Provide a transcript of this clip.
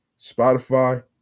Spotify